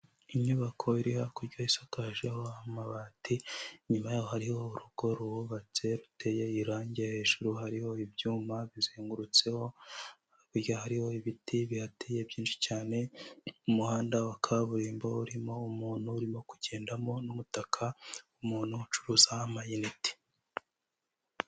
Inyubako iri hakurya isakajeho amabati, inyuma yaho hariho urugo ruhubatse, ruteye irangi hejuru hariho ibyuma bizengurutseho, hakurya hariho ibiti bihatiye byinshi cyane, umuhanda wa kaburimbo urimo umuntu urimo kugendamo n'umutaka, umuntu ucuruza amayinite.